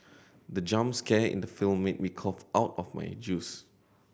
the jump scare in the film made me cough out my juice